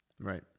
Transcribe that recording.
right